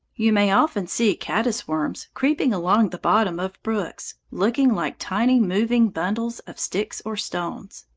you may often see caddis-worms creeping along the bottom of brooks, looking like tiny moving bundles of sticks or stones.